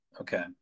Okay